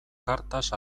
cartas